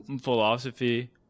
philosophy